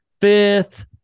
Fifth